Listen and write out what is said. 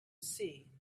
see